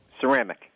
Ceramic